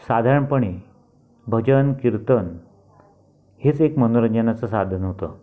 साधारणपणे भजन कीर्तन हेच एक मनोरंजनाचं साधन होत